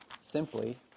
simply